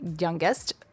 youngest